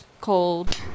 cold